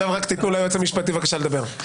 תנו ליועץ המשפטי לדבר, בבקשה.